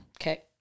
Okay